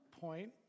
point